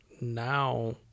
now